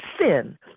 sin